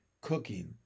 cooking